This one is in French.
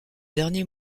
dernier